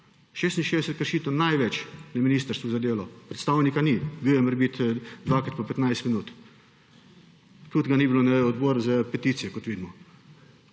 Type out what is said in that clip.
66 kršitev, največ, je na ministrstvu za delo. Predstavnika ni, bil je morebiti dvakrat po 15 minut. Tudi ga ni bilo na odboru za peticije, kot vidimo.